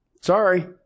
Sorry